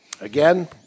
again